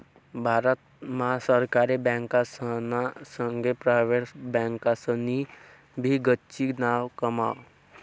भारत मा सरकारी बँकासना संगे प्रायव्हेट बँकासनी भी गच्ची नाव कमाव